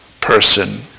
person